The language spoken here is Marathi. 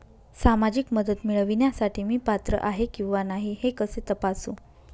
सामाजिक मदत मिळविण्यासाठी मी पात्र आहे किंवा नाही हे कसे तपासू?